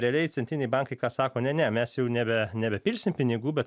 realiai centriniai bankai ką sako ne ne mes jau nebe nebepilsim pinigų bet